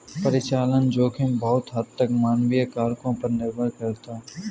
परिचालन जोखिम बहुत हद तक मानवीय कारकों पर निर्भर करता है